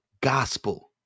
gospel